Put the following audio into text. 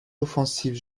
offensive